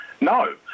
no